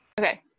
Okay